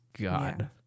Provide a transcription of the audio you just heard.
god